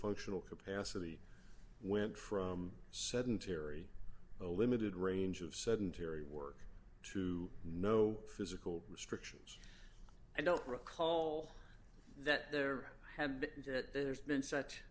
functional capacity went from sedentary a limited range of sedentary work to no physical restriction i don't recall that there have been that there's been such